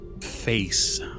face